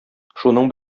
шуның